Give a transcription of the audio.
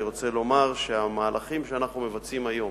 אני רוצה לומר שהמהלכים שאנחנו מבצעים היום